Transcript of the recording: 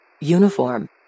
Uniform